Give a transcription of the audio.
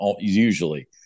usually